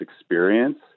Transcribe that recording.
experience